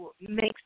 makes